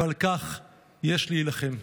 ועל כך יש להילחם.